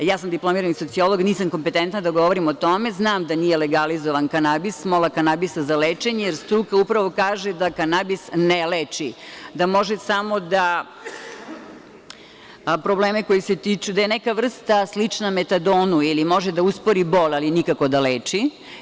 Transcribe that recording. Ja sam diplomirani sociolog, nisam kompetentna da govorim o tome, znam da nije legalizovan kanabis, smola kanabisa za lečenje, jer struka upravo kaže da kanabis ne leči, da može samo da probleme koji se tiču, neka vrsta slična metadonu, može da uspori bol, ali nikako da leči.